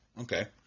Okay